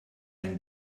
ein